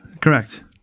correct